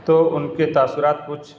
تو ان کے تاثرات کچھ